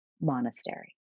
monastery